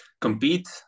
compete